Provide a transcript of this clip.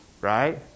Right